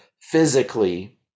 physically